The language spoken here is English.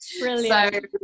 Brilliant